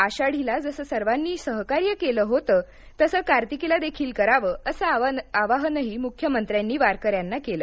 आषाढीला जसं सर्वांनी सहकार्य केले होते तसं कार्तिकीला देखील करावं असं आवाहनही मुख्यमंत्र्यांनी वारकऱ्यांना केलं